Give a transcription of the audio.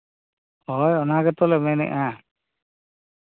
ᱦᱳᱭ ᱚᱱᱟ ᱜᱮᱛᱚ ᱞᱮ ᱢᱮᱱᱮᱫᱼᱟ